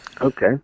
Okay